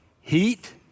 heat